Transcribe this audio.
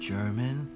German